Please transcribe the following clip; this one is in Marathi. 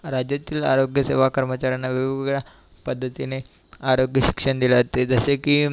राज्यातील आरोग्यसेवा कर्मचाऱ्यांना वेगवेगळ्या पद्धतीने आरोग्यशिक्षण दिले जाते जसे की